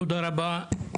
תודה רבה,